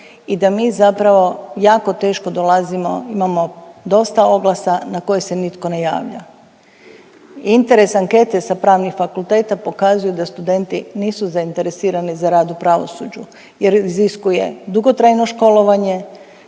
i da mi zapravo jako teško dolazimo, imamo dosta oglasa na koje se nitko ne javlja. Interes ankete sa Pravnih fakulteta pokazuju da studenti nisu zainteresirani za rad u pravosuđu jer iziskuje dugotrajno školovanje,